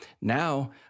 Now